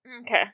Okay